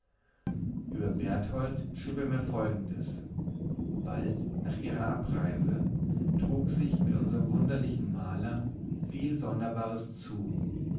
über berthold schrieb er mir folgendes bald nach ihrer abreise trug sich mit unserm wunderlichen maler viel sonderbares zu